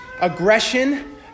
Aggression